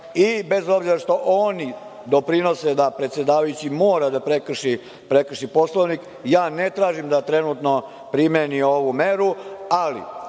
obzira što oni doprinose da predsedavajući mora da prekrši Poslovnik, ja ne tražim da trenutno primeni ovu meru, ali